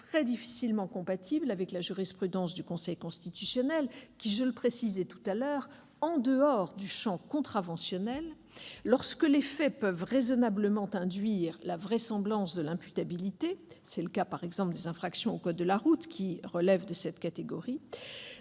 très difficilement compatible avec la jurisprudence du Conseil constitutionnel, qui, en dehors du champ contraventionnel, lorsque les faits peuvent raisonnablement induire la vraisemblance de l'imputabilité- c'est le cas, par exemple, des infractions au code de la route relevant de cette catégorie